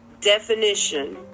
definition